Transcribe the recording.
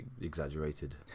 exaggerated